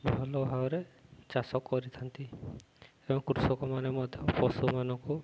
ଭଲ ଭାବରେ ଚାଷ କରିଥାନ୍ତି ଏବଂ କୃଷକମାନେ ମଧ୍ୟ ପଶୁମାନଙ୍କୁ